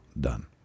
done